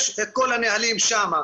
יש את כל הנהלים שם.